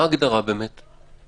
מה ההגדרה לחרדי?